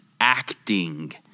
acting